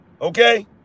Okay